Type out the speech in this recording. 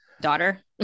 daughter